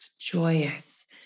joyous